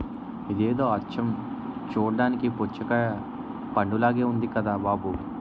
ఇదేదో అచ్చం చూడ్డానికి పుచ్చకాయ పండులాగే ఉంది కదా బాబూ